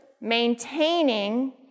maintaining